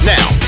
Now